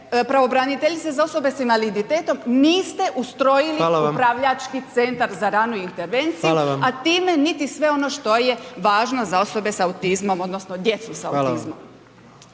pravobraniteljice za osobe s invaliditetom niste ustrojili …/Upadica: Hvala vam./… upravljački centar za ranu intervenciju, a time niti sve ono što je važno za osobe sa autizmom odnosno djecu …/Upadica: